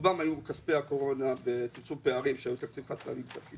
רובם היו כספי הקורונה וצמצום פערים שהיו בתשפ"ב,